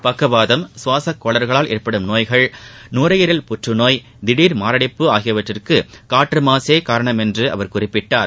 பக்கவாதம் சுவாசக் கோளாறுகளால் ஏற்படும் நோய்கள் நுரையீரல் புற்றுநோய் திடர் மாரடைப்பு ஆகியவற்றுக்கு காற்றுமாசே காரணம் என்று அவர் குறிப்பிட்டார்